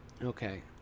Okay